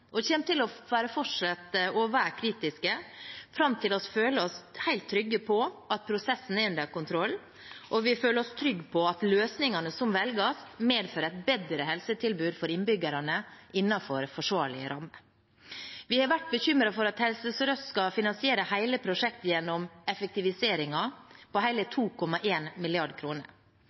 og kommer til å fortsette å være kritiske fram til vi føler oss helt trygge på at prosessen er under kontroll, og at løsningene som velges, medfører et bedre helsetilbud for innbyggerne innenfor forsvarlige rammer. Vi har vært bekymret for at Helse Sør-Øst skal finansiere hele prosjektet gjennom effektiviseringer på hele